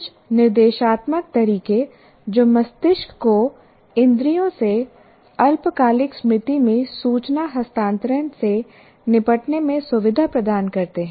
कुछ निर्देशात्मक तरीके जो मस्तिष्क को इंद्रियों से अल्पकालिक स्मृति में सूचना हस्तांतरण से निपटने में सुविधा प्रदान करते हैं